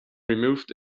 removed